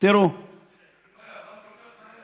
עבר כל כך מהר.